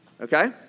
Okay